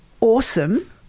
awesome